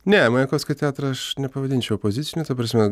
ne majakovskio teatrą aš nepavadinčiau opoziciniu ta prasme